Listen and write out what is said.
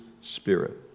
Spirit